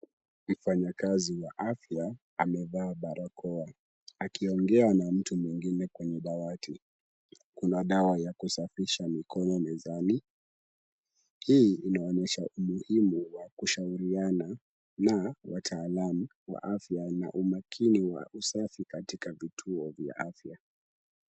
Mfanyakazi wa afya amevaa barakoa akiongea na mtu mwingine kwenye dawati. Kuna dawa ya kusafisha mikono mezani, hii inaonyesha umuhimu wa kushauriana na wataalamu wa afya na umakini wa usafi katika vituo vya afya.